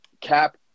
Cap